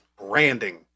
branding